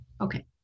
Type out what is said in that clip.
Okay